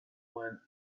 when